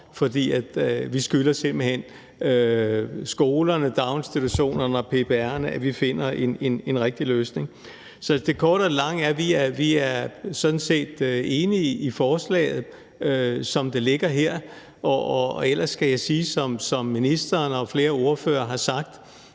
simpelt hen skolerne, daginstitutionerne og PPR'en at finde en rigtig løsning. Så det korte af det lange er, at vi sådan set er enige i forslaget, som det ligger her. Ellers skal jeg sige, som ministeren og flere ordførere har sagt: